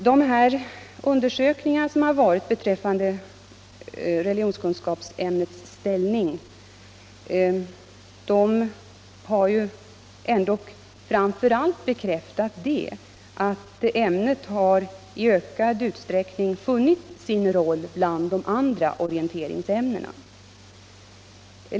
De undersökningar som gjorts om religionskunskapsämnets ställning har ändock framför allt bekräftat att ämnet i ökad utsträckning har funnit sin roll bland de andra samhällsorienterande ämnena.